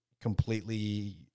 completely –